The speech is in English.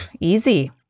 easy